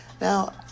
Now